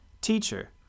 Teacher